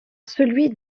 celui